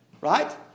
right